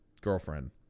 girlfriend